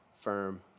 firm